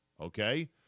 Okay